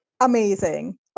amazing